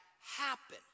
happen